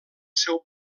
seu